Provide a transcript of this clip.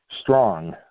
strong